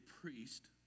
priest